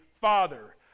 Father